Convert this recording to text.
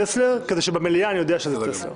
כדי שכשאני מודיע על זה בארבע במליאה,